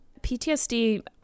PTSD